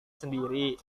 sendiri